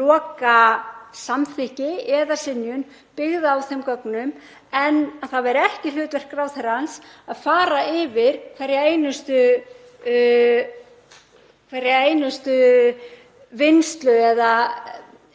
lokasamþykki eða synjun byggða á þeim gögnum. En að það væri ekki hlutverk ráðherrans að fara yfir hverja einustu vinnslu eða